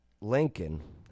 Lincoln